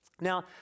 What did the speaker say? Now